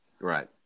Right